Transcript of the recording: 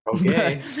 Okay